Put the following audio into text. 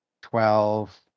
twelve